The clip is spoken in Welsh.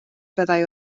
fyddai